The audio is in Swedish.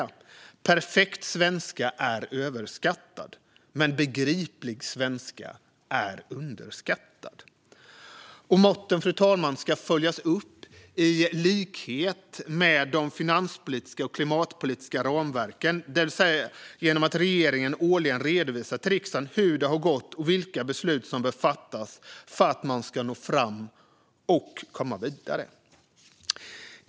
En perfekt svenska är överskattad, men en begriplig svenska är underskattad. I likhet med de finanspolitiska och klimatpolitiska ramverken ska måtten följas upp genom att regeringen årligen redovisar till riksdagen hur det har gått och vilka beslut som bör fattas för att man ska nå fram och komma vidare.